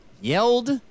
yelled